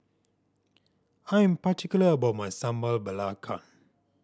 I'm particular about my Sambal Belacan